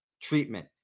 treatment